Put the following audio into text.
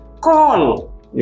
Call